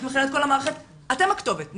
מבחינת כל המערכת, אתם הכתובת.